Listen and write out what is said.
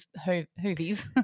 hoovies